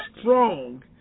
strong